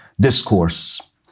discourse